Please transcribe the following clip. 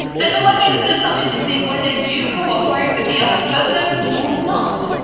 the dilemma is designed to see whether you cooperate with the other person or not.